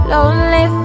Lonely